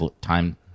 Time